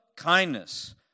kindness